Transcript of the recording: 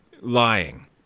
lying